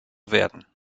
werden